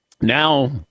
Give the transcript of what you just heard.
Now